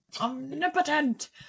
Omnipotent